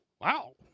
wow